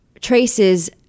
traces